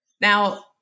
Now